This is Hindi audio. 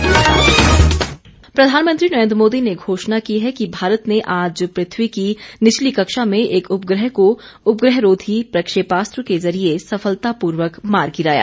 मिशन शक्ति प्रधानमंत्री नरेन्द्र मोदी ने घोषणा की है कि भारत ने आज पृथ्वी की निचली कक्षा में एक उपग्रह को उपग्रहरोधी प्रक्षेपास्त्र के जरिए सफलतापूर्वक मार गिराया